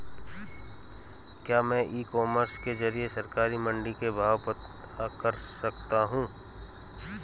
क्या मैं e commerce के ज़रिए सरकारी मंडी के भाव पता कर सकता हूँ?